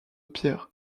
pierre